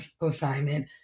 consignment